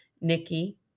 nikki